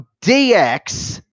DX